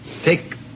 Take